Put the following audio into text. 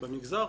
במגזר